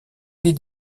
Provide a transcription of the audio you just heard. les